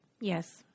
Yes